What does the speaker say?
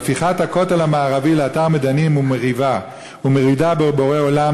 והפיכת הכותל המערבי לאתר מדנים ומריבה ומרידה בבורא עולם,